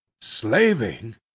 Slaving